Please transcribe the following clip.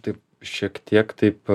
taip šiek tiek taip